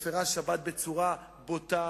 שמפירה שבת בצורה בוטה.